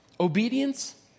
Obedience